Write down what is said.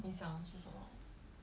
你讲是什么